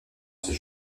ces